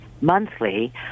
monthly